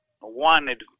wanted